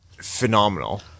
phenomenal